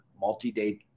multi-day